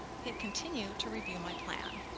hit continue to review my plan.